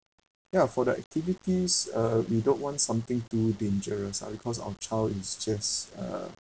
ya for the activities uh we don't want something too dangerous lah because of child is just